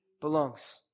belongs